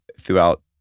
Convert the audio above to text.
throughout